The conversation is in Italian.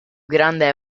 grande